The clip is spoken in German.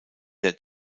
der